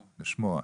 אשמע.